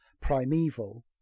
primeval